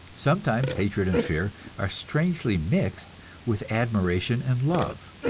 sometimes hatred and fear are strangely mixed with admiration and love.